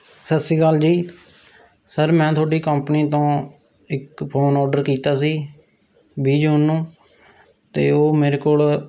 ਸਤਿ ਸ਼੍ਰੀ ਅਕਾਲ ਜੀ ਸਰ ਮੈਂ ਤੁਹਾਡੀ ਕੰਪਨੀ ਤੋਂ ਇੱਕ ਫ਼ੋਨ ਔਡਰ ਕੀਤਾ ਸੀ ਵੀਹ ਜੂਨ ਨੂੰ ਅਤੇ ਉਹ ਮੇਰੇ ਕੋਲ